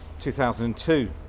2002